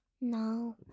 No